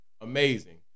amazing